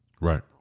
right